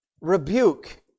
rebuke